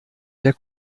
der